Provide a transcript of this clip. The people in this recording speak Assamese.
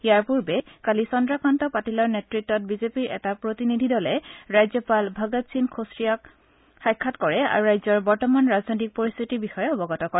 ইয়াৰ পূৰ্বে কালি চন্দ্ৰকান্ত পাটিলৰ নেতৃতত বিজেপিৰ এটা প্ৰতিনিধি দলে ৰাজ্যপাল ভগংসিং খোছিয়াৰীক সাক্ষাৎ কৰে আৰু ৰাজ্যৰ বৰ্তমান ৰাজনৈতিক পৰিস্থিতিৰ বিষয়ে অৱগত কৰে